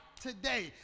today